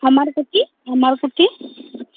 ᱟᱢᱟᱨ ᱟᱢᱟᱨ ᱠᱩᱴᱷᱤ